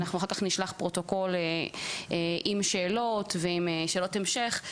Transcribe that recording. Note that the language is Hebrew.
אנחנו אחר כך נשלח פרוטוקול עם שאלות ועם שאלות המשך.